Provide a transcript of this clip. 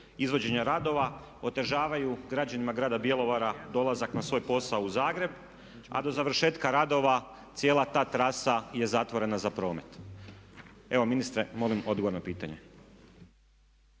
izvođenja radova otežavaju građanima grada Bjelovara dolazak na svoj posao u Zagreb, a do završetka radova cijela ta trasa je zatvorena za promet? Evo ministre molim odgovor na pitanje.